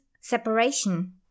separation